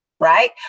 Right